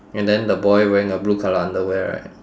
and then the boy wearing a blue colour underwear right